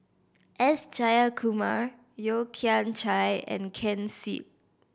S Jayakumar Yeo Kian Chye and Ken Seet